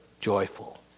joyful